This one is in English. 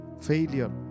failure